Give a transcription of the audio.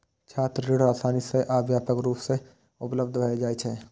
छात्र ऋण आसानी सं आ व्यापक रूप मे उपलब्ध भए जाइ छै